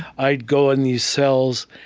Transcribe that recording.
i'd go in these cells,